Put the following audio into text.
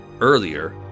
earlier